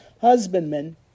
husbandmen